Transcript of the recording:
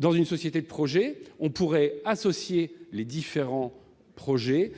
Dans une société de projet, on pourrait associer différents projets